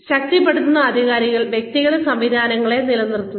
ശക്തിപ്പെടുത്തുന്ന അധികാരികൾ വ്യക്തിഗത സംവിധാനങ്ങളെ വിലയിരുത്തുന്നു